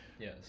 Yes